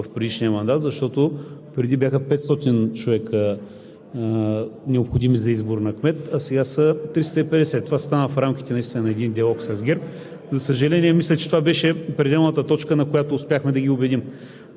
предишния мандат, защото преди бяха необходими 500 човека за избор на кмет, а сега са 350 човека. Това стана в рамките на един диалог с ГЕРБ. За съжаление, мисля, че това беше пределната точка, на която успяхме да ги убедим.